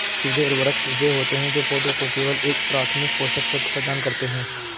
सीधे उर्वरक वे होते हैं जो पौधों को केवल एक प्राथमिक पोषक तत्व प्रदान करते हैं